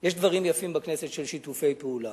יש דברים יפים בכנסת, של שיתופי פעולה.